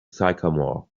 sycamore